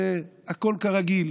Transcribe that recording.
והכול כרגיל.